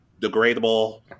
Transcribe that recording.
degradable